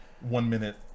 one-minute